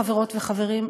חברות וחברים,